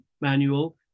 manual